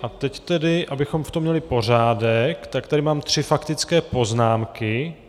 A teď tedy, abychom v tom měli pořádek, tady mám tři faktické poznámky.